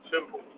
Simple